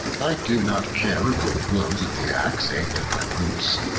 i do not care about the blows of the axe aimed at my roots,